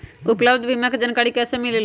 उपलब्ध बीमा के जानकारी कैसे मिलेलु?